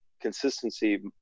consistency